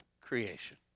creation